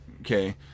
Okay